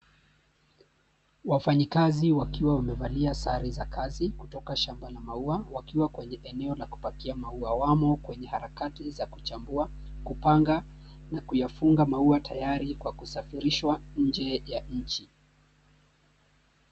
Wafanyikazi wakiwa wamevalia sare za kazi kutoka shamba la maua wakiwa kwenye eneo la kupakia maua. Wamo kwenye harakati za kuchambua, kupanga, na kuyafunga maua tayari kwa kusafirishwa nje ya nchi.